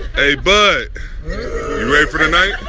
hey, bud, you ready for tonight?